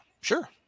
sure